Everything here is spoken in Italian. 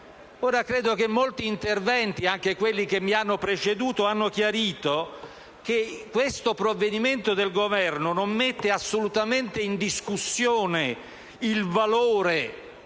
Credo che molti interventi, anche quelli che mi hanno preceduto, abbiano chiarito che questo provvedimento del Governo non mette assolutamente in discussione il valore